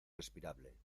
respirable